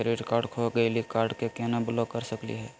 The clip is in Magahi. क्रेडिट कार्ड खो गैली, कार्ड क केना ब्लॉक कर सकली हे?